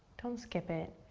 don't skip it.